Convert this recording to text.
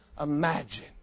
imagine